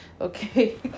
Okay